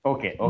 Okay